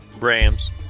Rams